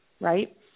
right